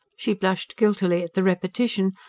she blushed guiltily at the repetition,